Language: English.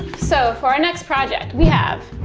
so, for our next project, we have.